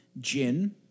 gin